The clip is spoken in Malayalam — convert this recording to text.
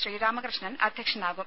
ശ്രീരാമകൃഷ്ണൻ അധ്യക്ഷനാവും